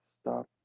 Stop